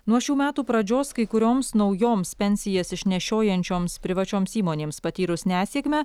nuo šių metų pradžios kai kurioms naujoms pensijas išnešiojančioms privačioms įmonėms patyrus nesėkmę